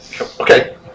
Okay